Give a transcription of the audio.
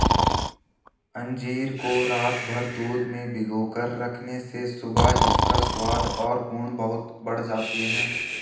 अंजीर को रातभर दूध में भिगोकर रखने से सुबह इसका स्वाद और गुण बहुत बढ़ जाते हैं